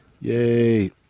Yay